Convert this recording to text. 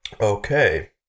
Okay